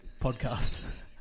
podcast